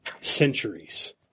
centuries